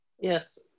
Yes